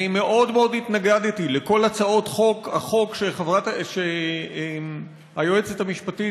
אני מאוד התנגדתי לכל הצעות החוק שהיועצת המשפטית